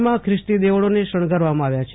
જિલ્લાભરમાં ખ્રિસ્તી દેવળોને શણગારવામાં આવ્યા છે